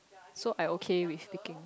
so I okay with picking